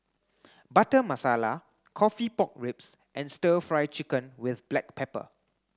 butter masala coffee pork ribs and stir fry chicken with black pepper